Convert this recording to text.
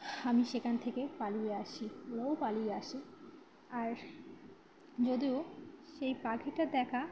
আমি সেখান থেকে পালিয়ে আসি ওরাও পালিয়ে আসে আর যদিও সেই পাখিটার দেখা